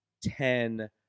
ten